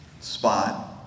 spot